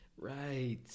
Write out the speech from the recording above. Right